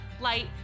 light